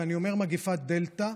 ואני אומר "מגפת דלתא"